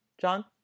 John